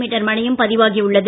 metre மழையும் பதிவாகி உள்ளது